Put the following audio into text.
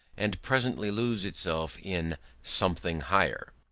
and presently lose itself in something higher.